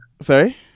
Sorry